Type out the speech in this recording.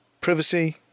privacy